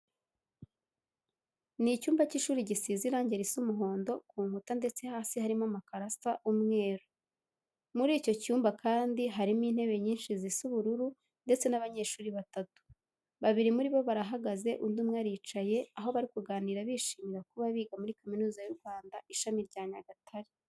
Ni icyumba cy'ishuri gisize irange risa umuhondo ku nkuta ndetse hasi harimo amakaro asa umweru. Muri icyo cyumba kandi harimo intebe nyinshi zisa ubururu ndetse n'abanyeshuri batatu. Babiri muri bo barahagaze undi umwe aricaye, aho bari kuganira bishimira kuba biga muri Kaminuza y'u Rwanda Ishami rya Nyagatare.